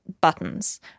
buttons